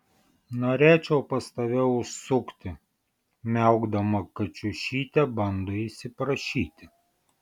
norėčiau pas tave užsukti miaukdama kačiušytė bando įsiprašyti